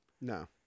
No